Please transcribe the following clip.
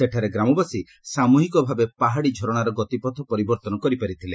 ସେଠାରେ ଗ୍ରାମବାସୀ ସାମ୍ରହିକ ଭାବେ ପାହାଡ଼ି ଝରଣାର ଗତିପଥ ପରିବର୍ଭନ କରିପାରିଥିଲେ